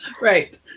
Right